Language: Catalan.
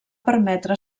permetre